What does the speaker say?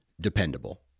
dependable